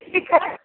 ठीक है